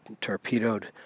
torpedoed